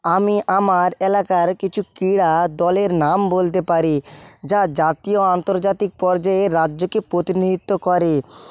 আমি আমার এলাকার কিছু ক্রীড়া দলের নাম বলতে পারি যা জাতীয় আন্তর্জাতিক পর্যায়ে রাজ্যকে প্রতিনিধিত্ব করে